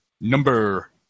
Number